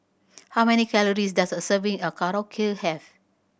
how many calories does a serving of Korokke have